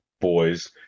boys